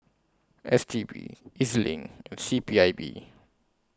S T B E Z LINK and C P I B